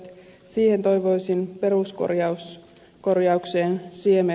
siihen toivoisin peruskorjaukseen siemenrahaa